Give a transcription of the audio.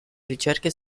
ricerche